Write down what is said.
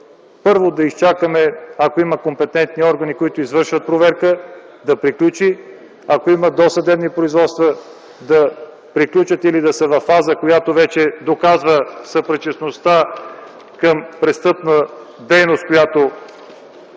първо да изчакаме ако има компетентни органи, които извършват проверка, да я приключат, ако има досъдебни производства, да приключат или да са във фаза, вече доказваща съпричастността към престъпна дейност, която